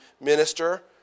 minister